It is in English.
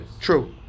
true